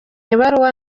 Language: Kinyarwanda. ibaruwa